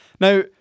Now